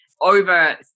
over